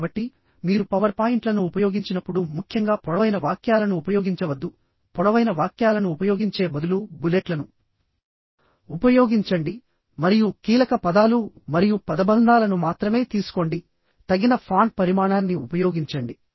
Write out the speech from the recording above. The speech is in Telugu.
కాబట్టి మీరు పవర్ పాయింట్లను ఉపయోగించినప్పుడు ముఖ్యంగా పొడవైన వాక్యాలను ఉపయోగించవద్దు పొడవైన వాక్యాలను ఉపయోగించే బదులు బులెట్లను ఉపయోగించండి మరియు కీలక పదాలు మరియు పదబంధాలను మాత్రమే తీసుకోండి తగిన ఫాంట్ పరిమాణాన్ని ఉపయోగించండి